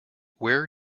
where